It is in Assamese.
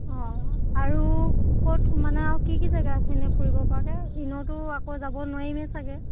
অঁ আৰু ক'ত মানে আৰু কি কি জেগা আছে এনেই ফুৰিব পৰাকৈ ইনেওতো আকৌ যাব নোৱাৰিমে চাগৈ